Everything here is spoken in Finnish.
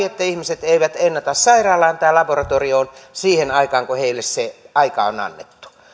että ihmiset eivät ennätä sairaalaan tai laboratorioon siihen aikaan kun heille se aika on annettu